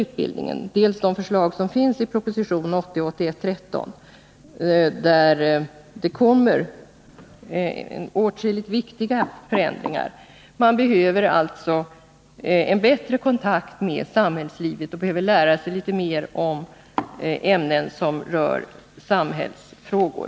Jag tänker på förslagen i proposition 1980/81:13 som visar att åtskilliga viktiga förändringar i utbildningen kommer att göras så att man tillgodoser elevernas behov av en bättre kontakt med samhällslivet och av att lära sig mera om ämnen som rör samhällsfrågor.